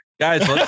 Guys